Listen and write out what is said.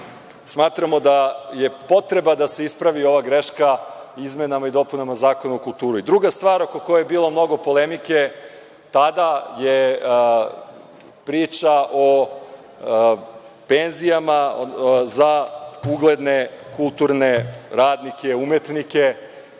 smatramo da je potreba da se ispravi ova greška izmenama i dopunama Zakona o kulturi. Druga stvar, oko koje je bilo mnogo polemike tada, je priča o penzijama za ugledne kulturne radnike, umetnike